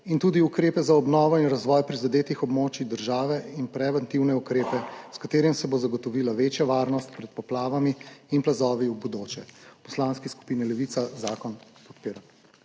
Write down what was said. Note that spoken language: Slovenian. in tudi ukrepe za obnovo in razvoj prizadetih območij države in preventivne ukrepe, s katerimi se bo zagotovila večja varnost pred poplavami in plazovi v bodoče. V Poslanski skupini Levica zakon podpiramo.